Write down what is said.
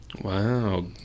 wow